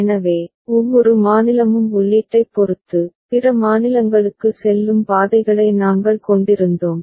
எனவே ஒவ்வொரு மாநிலமும் உள்ளீட்டைப் பொறுத்து பிற மாநிலங்களுக்கு செல்லும் பாதைகளை நாங்கள் கொண்டிருந்தோம்